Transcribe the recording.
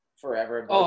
forever